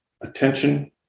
attention